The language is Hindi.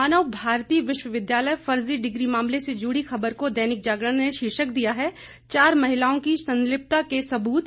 मानव भारती विश्वद्यिालय फर्जी डिग्री मामले से जुड़ी खबर को दैनिक जागरण ने शीर्षक दिया है चार महिलाओं की संलिप्तता के सबूत